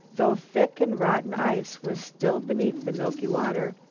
though thick and rotten ice was still beneath the milky water.